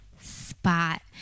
spot